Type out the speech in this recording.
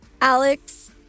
alex